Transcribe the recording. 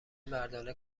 مردانه